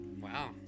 Wow